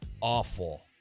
awful